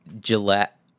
Gillette